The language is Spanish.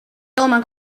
toma